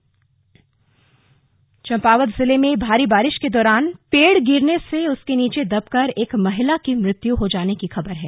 मौसम चंपावत जिले में भारी बारिश के दौरान पेड़ गिरने से उसके नीचे दबकर एक महिला की मृत्यु हो जाने की खबर है